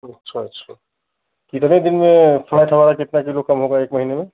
अच्छा अच्छा कितने दिन में थोड़ा थोड़ा कितने किलो कम होगा एक महीने में